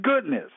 goodness